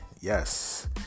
Yes